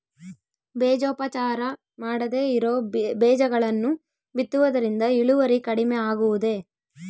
ಬೇಜೋಪಚಾರ ಮಾಡದೇ ಇರೋ ಬೇಜಗಳನ್ನು ಬಿತ್ತುವುದರಿಂದ ಇಳುವರಿ ಕಡಿಮೆ ಆಗುವುದೇ?